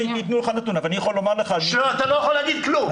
ייתנו לך את הנתון אבל אני יכול לומר לך --- אתה לא יכול לומר כלום.